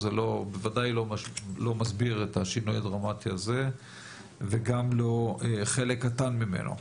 זה בוודאי לא מסביר את השינוי הדרמטי הזה וגם לא חלק קטן ממנו.